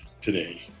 today